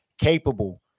capable